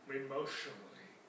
emotionally